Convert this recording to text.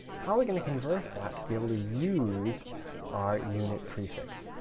how are we going to convert that to be able to use our unit prefix?